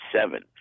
seven